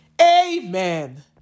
Amen